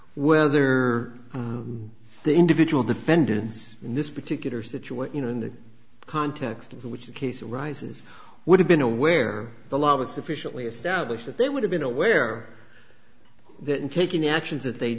whether the individual defendants in this particular situation you know in the context in which the case arises would have been aware the law was sufficiently established that they would have been aware that in taking actions that they